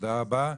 תודה רבה.